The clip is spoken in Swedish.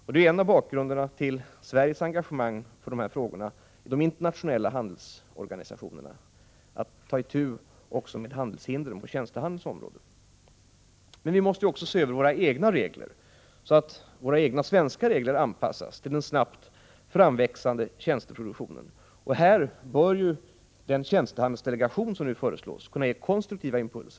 Detta är en av bakgrunderna till Sveriges engagemang för att i de internationella handelsorganisationerna ta itu också med handelshinder på tjänstehandelns område. Vi måste också se över våra egna regler, så att de anpassas till den snabbt framväxande tjänsteproduktionen. Här bör den tjänstehandelsdelegation som nu föreslås kunna ge konstruktiva impulser.